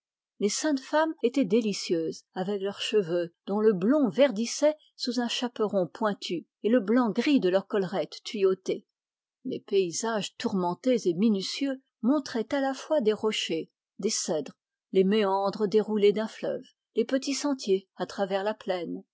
les saintes femmes étaient délicieuses avec leurs cheveux dont le blond verdissait sous un chapeau pointu et le blanc gris de leurs collerettes tuyautées les paysages tourmentés et minutieux montraient à la fois des rochers des cèdres les méandres déroulés d'un fleuve les petits sentiers à travers la plaine